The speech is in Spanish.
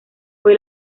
fue